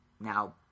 now